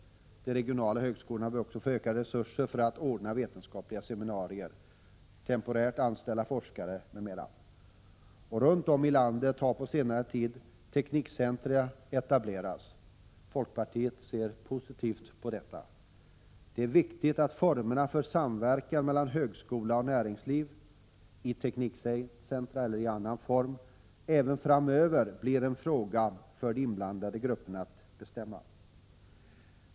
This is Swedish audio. De regionala högskolorna bör också få ökade resurser för att ordna vetenskapliga seminarier, temporärt anställda forskare m.m. Runt om i landet har på senare tid teknikcentra etablerats. Folkpartiet ser positivt på detta. Det är viktigt att formerna för samverkan mellan högskolan och näringslivet, i teknikcentra eller i annan form, även framöver blir en fråga för de inblandade grupperna att bestämma.